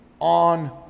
on